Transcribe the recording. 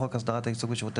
"חוק הבנקאות (רישוי)"